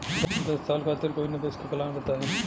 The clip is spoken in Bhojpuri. दस साल खातिर कोई निवेश के प्लान बताई?